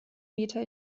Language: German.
meter